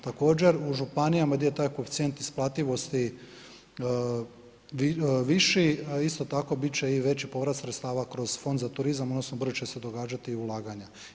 Također u županijama gdje je taj koeficijent isplativosti viši, a isto tako bit će i veći povrat sredstava kroz Fond za turizam odnosno brže će se događati i ulaganja.